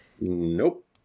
Nope